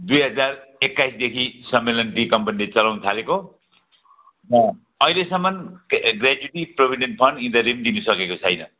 दुई हजार एक्काइसदेखि सम्मेलन टी कम्पनीले चलाउन थालेको अँ अहिलेसम्म ग्रे ग्रेच्युटी प्रोभिडेन्ट यिनीहरूले नि दिनुसकेको छैन